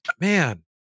man